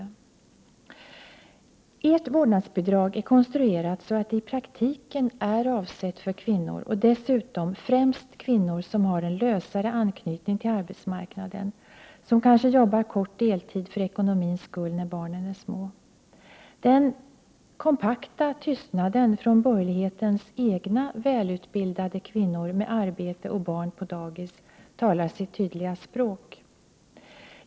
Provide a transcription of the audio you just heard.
Det borgerliga vårdnadsbidraget är konstruerat så att det i praktiken är avsett för kvinnor, och dessutom främst för kvinnor som har en lösare anknytning till arbetsmarknaden, som kanske jobbar kort deltid för ekonomins skull när barnen är små. Den kompakta tystnaden från borgerlighetens egna välutbildade kvinnor, med arbete och barn på dagis, talar sitt tydliga språk.